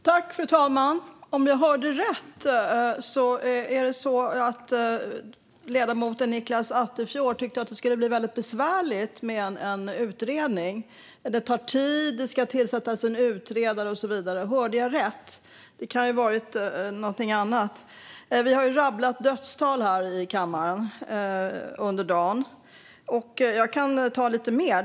Fru talman! Om jag hörde rätt tyckte ledamoten Nicklas Attefjord att det skulle bli väldigt besvärligt med en utredning - det tar tid, det ska tillsättas en utredare och så vidare. Hörde jag rätt? Det kan ju ha varit någonting annat han sa. Vi har under dagen rabblat dödstal här i kammaren, och jag kan ta ett till exempel.